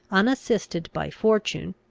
unassisted by fortune,